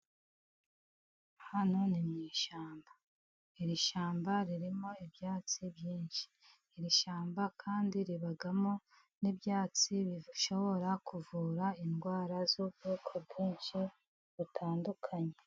Hano ni mu ishyamba. Iri shyamba ririmo ibyatsi byinshi. Iri shyamba kandi ribamo n'ibyatsi bishobora kuvura indwara z'ubwoko bwinshi butandukanye.